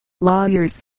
lawyers